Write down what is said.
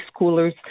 schoolers